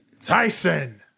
Tyson